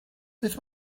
beth